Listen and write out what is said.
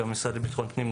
כמשרד לביטחון הפנים,